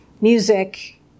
music